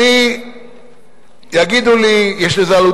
אדוני היושב-ראש,